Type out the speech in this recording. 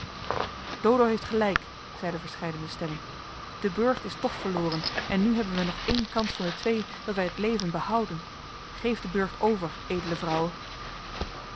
dodo heeft gelijk zeiden verscheidene stemmen de burcht is toch verloren en nu hebben wij nog één kans van de twee dat wij het leven behouden geef den burcht over edele vrouwe